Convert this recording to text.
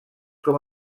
com